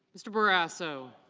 mr. barrasso.